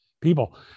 people